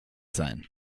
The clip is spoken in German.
sein